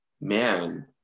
man